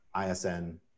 ISN